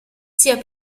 sia